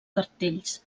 cartells